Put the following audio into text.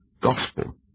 gospel